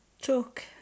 talk